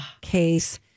case